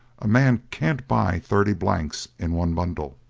a man can't buy thirty blanks in one bundle.